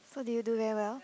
what did you do very well